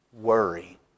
worry